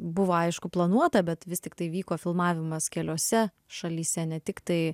buvo aišku planuota bet vis tiktai vyko filmavimas keliose šalyse ne tiktai